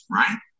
right